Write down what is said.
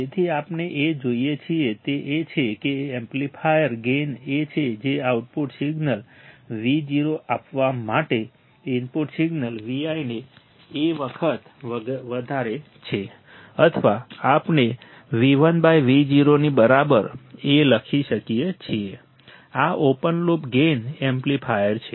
તેથી આપણે જે જોઈએ છીએ તે એ છે કે એમ્પ્લીફાયર ગેઈન એ છે જે આઉટપુટ સિગ્નલ Vo આપવા માટે ઇનપુટ સિગ્નલ Vi ને A વખત વધારે છે અથવા આપણે ViVo ની બરાબર A લખી શકીએ છીએ આ ઓપન લૂપ ગેઈન એમ્પ્લીફાયર છે